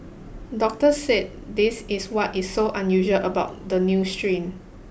doctors said this is what is so unusual about the new strain